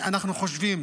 אנחנו חושבים